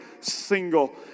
single